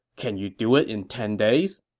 can you do it in ten days?